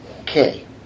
Okay